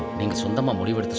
the money! will